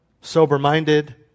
sober-minded